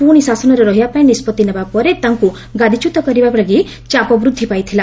ପ୍ରଶି ଶାସନରେ ରହିବା ପାଇଁ ନିଷ୍ପଭି ନେବା ପରେ ତାଙ୍କୁ ଗାଦିଚ୍ୟତ କରିବା ଲାଗି ଚାପ ବୃଦ୍ଧି ପାଇଥିଲା